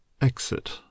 EXIT